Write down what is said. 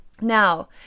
Now